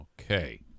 Okay